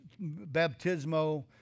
baptismo